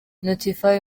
notify